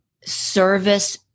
service